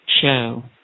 show